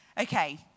Okay